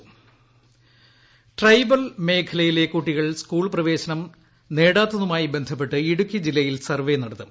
ടടട tribal tribal മേഖലയിലെ കുട്ടികൾ school പ്രവേശനം നേടാത്തതുമായി ബന്ധപ്പെട്ട് ഇടുക്കി ജില്ലയിൽ സർവേ നടത്തും